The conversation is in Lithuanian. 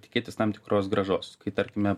tikėtis tam tikros grąžos kai tarkime